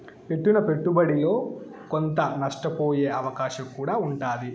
పెట్టిన పెట్టుబడిలో కొంత నష్టపోయే అవకాశం కూడా ఉంటాది